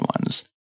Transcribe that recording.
ones